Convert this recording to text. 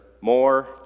more